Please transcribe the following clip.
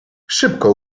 szybko